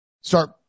start